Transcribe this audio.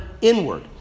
inward